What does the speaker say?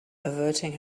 averting